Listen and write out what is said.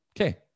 Okay